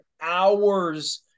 hours